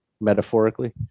metaphorically